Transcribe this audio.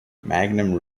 magnum